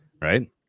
right